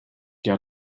der